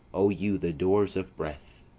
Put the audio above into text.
o you the doors of breath,